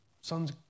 son's